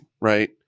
right